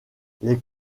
les